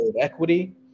equity